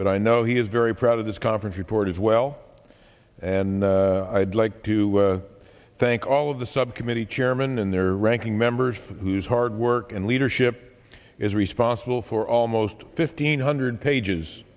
but i know he is very proud of this conference report as well and i'd like to thank all of the subcommittee chairman and their ranking members whose hard work and leadership is responsible for almost fifteen hundred pages